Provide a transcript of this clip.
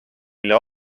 mille